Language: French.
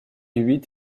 huit